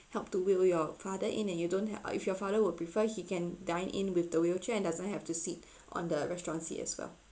help to wheel your father in and you don't have ah if your father would prefer he can dine in with the wheelchair and doesn't have to sit on the restaurant's seat as well